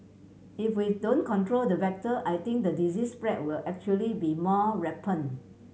if we don't control the vector I think the disease spread will actually be more rampant